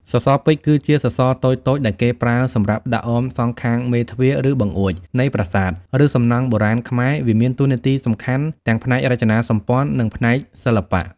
សសរពេជ្រ គឺជាសសរតូចៗដែលគេប្រើសម្រាប់ដាក់ អមសងខាងមេទ្វារ ឬបង្អួច នៃប្រាសាទ ឬសំណង់បុរាណខ្មែរ វាមានតួនាទីសំខាន់ទាំងផ្នែករចនាសម្ព័ន្ធ និងផ្នែកសិល្បៈ។